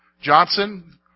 Johnson